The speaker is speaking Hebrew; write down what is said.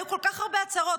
היו כל כך הרבה הצהרות,